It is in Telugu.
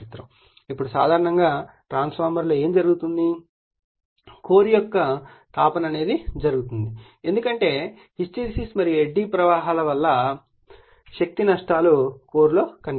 ఇప్పుడు సాధారణంగా ట్రాన్స్ఫార్మర్లో ఏమి జరుగుతుంది కోర్ యొక్క తాపన జరుగుతుంది ఎందుకంటే హిస్టెరిసిస్ మరియు ఎడ్డీ ప్రవాహాల వల్ల శక్తి నష్టాలు కోర్లో కనిపిస్తాయి